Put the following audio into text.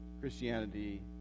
Christianity